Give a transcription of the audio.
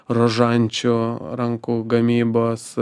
rožančių rankų gamybos